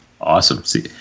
Awesome